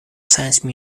science